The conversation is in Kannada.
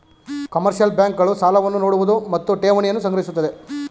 ಕಮರ್ಷಿಯಲ್ ಬ್ಯಾಂಕ್ ಗಳು ಸಾಲವನ್ನು ನೋಡುವುದು ಮತ್ತು ಠೇವಣಿಯನ್ನು ಸಂಗ್ರಹಿಸುತ್ತದೆ